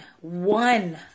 one